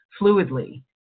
fluidly